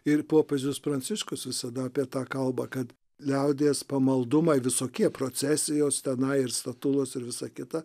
ir popiežius pranciškus visada apie tą kalba kad liaudies pamaldumai visokie procesijos tenai ir statulos ir visa kita